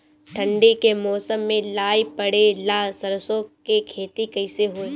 ठंडी के मौसम में लाई पड़े ला सरसो के खेती कइसे होई?